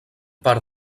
part